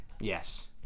Yes